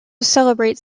celebrates